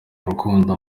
urukundo